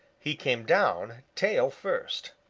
he came down tail first.